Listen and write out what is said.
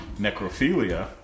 necrophilia